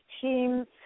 teams